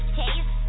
taste